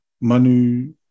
manu